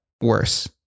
worse